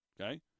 okay